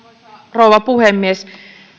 rouva puhemies